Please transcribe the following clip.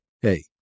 hey